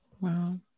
wow